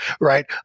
right